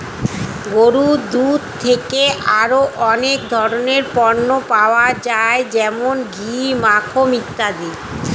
গরুর দুধ থেকে আরো অনেক ধরনের পণ্য পাওয়া যায় যেমন ঘি, মাখন ইত্যাদি